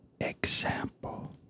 example